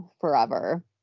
forever